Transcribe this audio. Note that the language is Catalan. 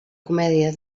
comèdia